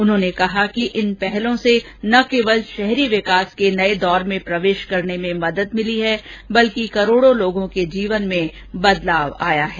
उन्होंने कहा कि इन पहलों से न केवल शहरी विकास के नए दौर में प्रवेश करने में मदद मिली है बल्कि करोड़ों लोगों के जीवन में बदलाव आया है